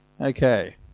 okay